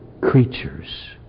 creatures